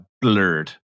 blurred